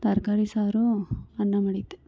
ತರಕಾರಿ ಸಾರು ಅನ್ನ ಮಾಡಿದ್ದೆ